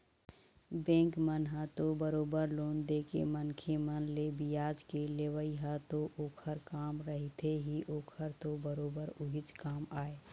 bank मन ह तो बरोबर लोन देके मनखे मन ले बियाज के लेवई ह तो ओखर काम रहिथे ही ओखर तो बरोबर उहीच काम आय